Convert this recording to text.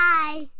Bye